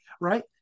right